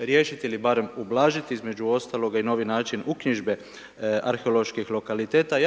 riješiti ili barem ublažiti između ostalog i novi način uknjižbe arheoloških lokaliteta.